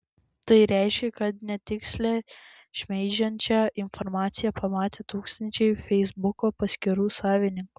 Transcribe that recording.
tai reiškia kad netikslią šmeižiančią informaciją pamatė tūkstančiai feisbuko paskyrų savininkų